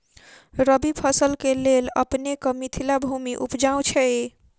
रबी फसल केँ लेल अपनेक मिथिला भूमि उपजाउ छै